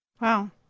Wow